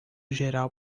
geral